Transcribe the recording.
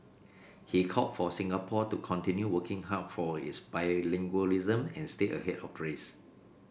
he called for Singapore to continue working hard for its bilingualism and stay ahead of race